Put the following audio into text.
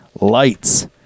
lights